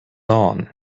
lawn